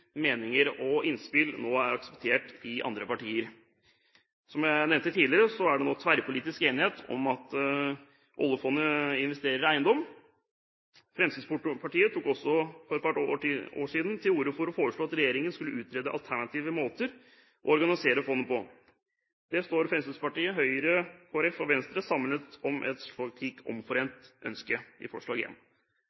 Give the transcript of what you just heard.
meninger og innspill nå er akseptert i andre partier. Som jeg nevnte tidligere, er det nå tverrpolitisk enighet om at oljefondet skal investere i eiendom. Fremskrittspartiet tok også for et par år siden til orde for at regjeringen skulle utrede alternative måter å organisere fondet på. Fremskrittspartiet, Høyre, Kristelig Folkeparti og Venstre står samlet om et